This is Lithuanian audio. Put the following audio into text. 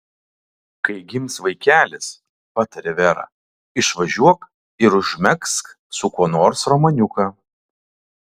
kai gims vaikelis patarė vera išvažiuok ir užmegzk su kuo nors romaniuką